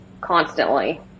constantly